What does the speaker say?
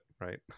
Right